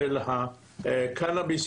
של הקנאביס,